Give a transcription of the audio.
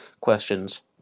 questions